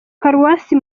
paruwasi